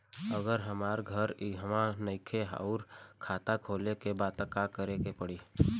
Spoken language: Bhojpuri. अगर हमार घर इहवा नईखे आउर खाता खोले के बा त का करे के पड़ी?